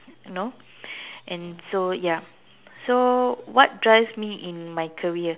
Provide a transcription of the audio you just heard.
you know and so ya so what drives me in my career